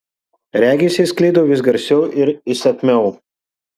regis jis sklido vis garsiau ir įsakmiau